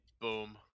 boom